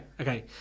Okay